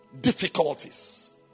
Difficulties